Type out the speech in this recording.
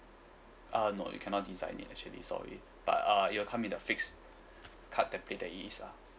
uh no you cannot design it actually sorry but uh it will come in a fixed card that pick that it is ah